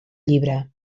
llibre